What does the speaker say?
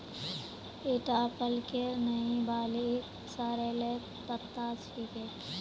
ईटा पलकेर नइ बल्कि सॉरेलेर पत्ता छिके